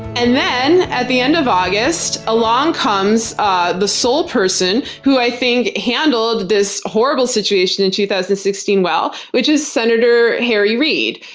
and then, at the end of august, along comes ah the sole person who i think handled this horrible situation in two thousand and sixteen well, which is senator harry reid.